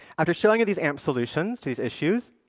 after showing these amp solutions to these issues,